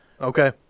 okay